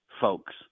folks